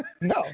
No